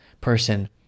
person